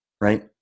right